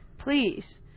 Please